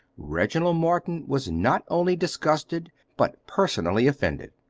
reginald morton was not only disgusted, but personally offended.